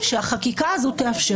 שהחקיקה הזאת תאפשר,